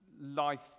life